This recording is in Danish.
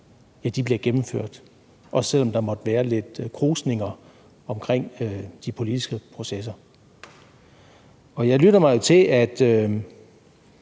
bliver gennemført, også selv om der måtte være lidt krusninger omkring de politiske processer. Og jeg lytter mig til, at